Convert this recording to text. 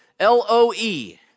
L-O-E